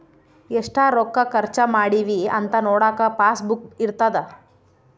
ಎಷ್ಟ ರೊಕ್ಕ ಖರ್ಚ ಮಾಡಿವಿ ಅಂತ ನೋಡಕ ಪಾಸ್ ಬುಕ್ ಇರ್ತದ